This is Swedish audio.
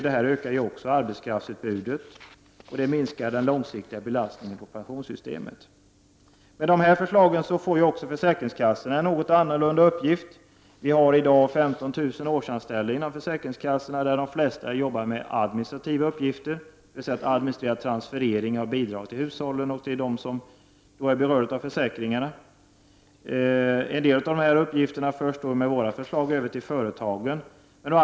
Detta ökar också arbetskraftsutbudet och det minskar den långsiktiga belastningen på pensionssystemet. Med dessa förslag får även försäkringskassorna en något annorlunda uppgift. Försäkringskassorna har i dag 15 000 årsanställda. De flesta arbetar med administrativa uppgifter, dvs. de administrerar transfereringar och bidrag till hushållen och till dem som är berörda av försäkringarna. En del av dessa uppgifter förs med våra förslag över till företagen.